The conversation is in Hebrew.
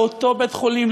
לאותו בית-חולים,